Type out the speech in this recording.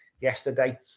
yesterday